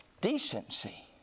decency